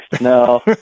No